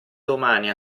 domani